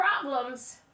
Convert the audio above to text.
problems